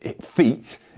feet